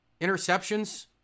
Interceptions